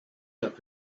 that